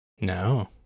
no